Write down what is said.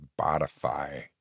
Botify